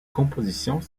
compositions